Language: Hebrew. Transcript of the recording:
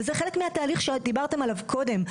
וזה חלק מהתהליך שדיברתם עליו קודם,